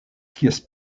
kies